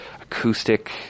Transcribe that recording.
acoustic